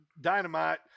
dynamite